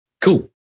Cool